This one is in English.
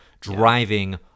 driving